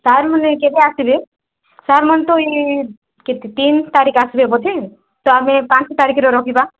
ସାର୍ମାନେ କେବେ ଆସିବେ ସାର୍ମାନେ ତ ଏଇ କେତେ ତିନି ତାରିଖ ଆସିବେ ବୋଧେ ତ ଆମେ ପାଞ୍ଚ ତାରିଖରେ ରଖିବା